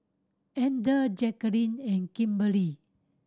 Ander Jackeline and Kimberly